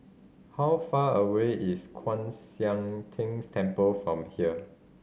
how far away is Kwan Siang Tng Temple from here